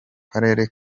karere